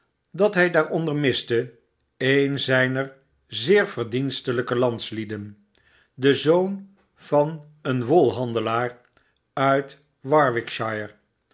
dat hij daaronder miste een zyner zeer verdienstelyk'e landslieden den zoon van een wolhandelaar uit warwickshire of